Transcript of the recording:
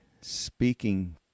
speaking